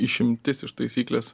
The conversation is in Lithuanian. išimtis iš taisyklės